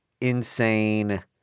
insane